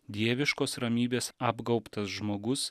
dieviškos ramybės apgaubtas žmogus